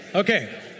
Okay